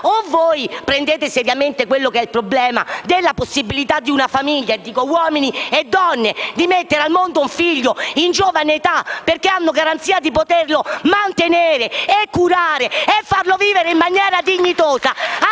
dovete prendere seriamente il problema della possibilità di creare una famiglia e di consentire a uomini e donne di mettere al mondo un figlio in giovane età perché hanno garanzia di poterlo mantenere, curare e farlo vivere in maniera dignitosa